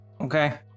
okay